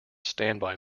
standby